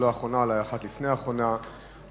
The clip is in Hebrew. ואולי אחת לפני אחרונה,